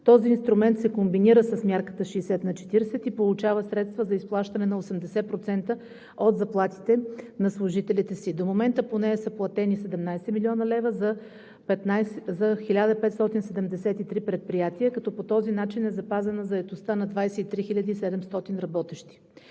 Този инструмент се комбинира с мярката 60/40 и получават средства за изплащане на 80% от заплатите на служителите си. До момента по нея са платени 17 млн. лв. за 1573 предприятия, като по този начин е запазена заетостта на 23 700 работещи.